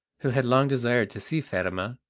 who had long desired to see fatima,